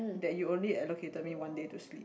that you only allocated me one day to sleep